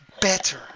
better